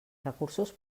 recursos